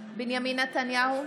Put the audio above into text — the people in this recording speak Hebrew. בנימין נתניהו,